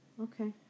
Okay